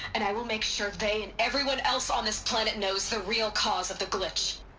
and i will make sure they and everyone else on this planet knows the real cause of the glitch